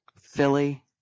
Philly